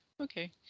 Okay